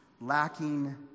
lacking